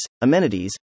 amenities